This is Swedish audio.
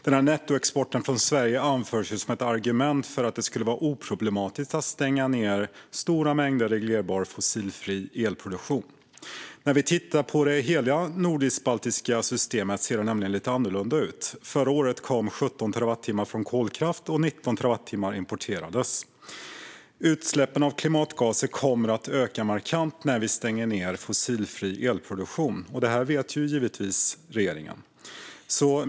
Denna nettoexport från Sverige anförs som ett argument för att det skulle vara oproblematiskt att lägga ned stora mängder reglerbar fossilfri elproduktion. När vi ser på hela det nordisk-baltiska systemet är det dock lite annorlunda. Förra året kom 17 terawattimmar från kolkraft, och 19 terawattimmar importerades. Utsläppen av klimatgaser kommer att öka markant när vi lägger ned fossilfri elproduktion, och detta vet givetvis regeringen.